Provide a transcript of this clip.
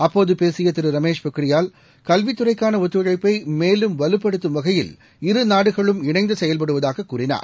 அப்போது பேசிய திரு ரமேஷ் பொக்ரியால் கல்வித்துறைக்கான ஒத்துழழப்பை மேலும் வலுப்படுத்தும் வகையில் இரு நாடுகளும் இணைந்து செயல்படுவதாக கூறினார்